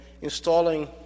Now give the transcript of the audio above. installing